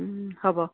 হ'ব